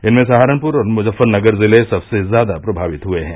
इनमें सहारनपुर और मुज़फ्फरनगर ज़िले सबसे ज़्यादा प्रभावित हुए हैं